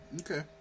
Okay